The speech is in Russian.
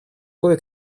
кое